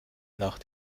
nach